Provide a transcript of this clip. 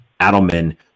adelman